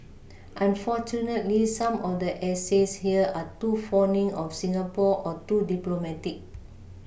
unfortunately some of the essays here are too fawning of Singapore or too diplomatic